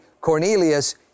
Cornelius